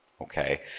Okay